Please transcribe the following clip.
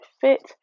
fit